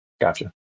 Gotcha